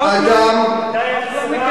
החוק לא,